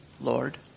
Lord